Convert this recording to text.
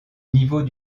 niveau